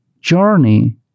journey